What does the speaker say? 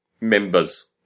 members